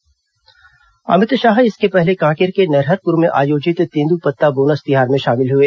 अमित शाह कांकेर अमित शाह इसके पहले कांकेर के नरहरपूर में आयोजित तेंद्रपत्ता बोनस तिहार में शामिल हुए